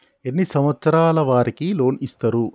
ఎన్ని సంవత్సరాల వారికి లోన్ ఇస్తరు?